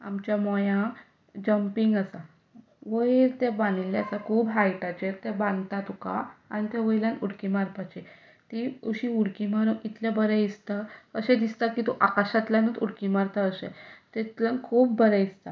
आमच्यो मोया जंपींग आसा वयर तें बांदिल्लें आसा खूब हायटाचेर तें बांदता तुका आनी वयल्यान उडकी मारपाची ती कशी उडकी मारप इतलें बरें दिसता अशें दिसता की तूं आकाशांतल्यानूच उडकी मारता अशें तितलें खूब बरें दिसता